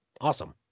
awesome